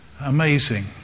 Amazing